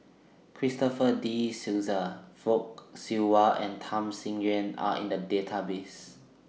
Christopher De Souza Fock Siew Wah and Tham Sien Yen Are in The Database